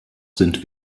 sind